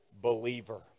believer